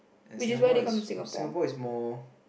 and Singapore is Singapore is more